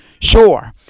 Sure